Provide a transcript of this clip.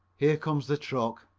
here comes the truck.